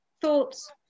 thoughts